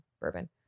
bourbon